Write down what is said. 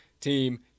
team